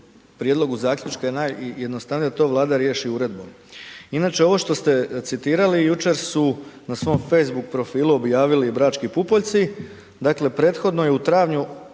prijedlogu zaključka najjednostavnije da to Vlada riješi uredbom. Inače ovo što ste citirali, jučer su na svom Facebook profilu objavili Brački pupoljci, dakle prethodno je u travnju